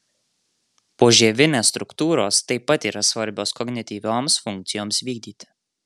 požievinės struktūros taip pat yra svarbios kognityvioms funkcijoms vykdyti